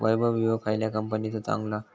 वैभव विळो खयल्या कंपनीचो चांगलो हा?